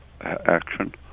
action